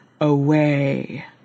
away